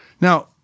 Now